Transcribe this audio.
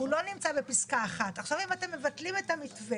הוא לא נמצא בפסקה 1. עכשיו אם אתם מבטלים את המתווה